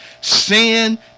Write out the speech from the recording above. Sin